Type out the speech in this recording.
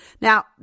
Now